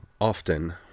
often